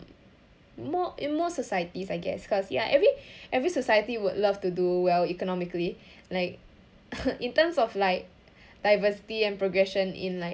more in more societies I guess cause ya every every society would love to do well economically like in terms of like diversity and progression in like